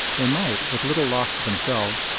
they might, with little loss to themselves,